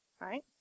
right